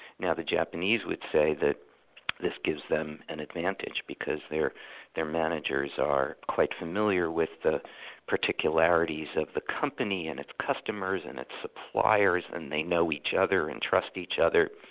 now the japanese would say that this gives them an advantage because their their managers are quite familiar with the particularities of the company and its customers and its suppliers and they know each other and trust each other,